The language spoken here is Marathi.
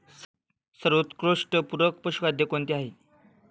सर्वोत्कृष्ट पूरक पशुखाद्य कोणते आहे?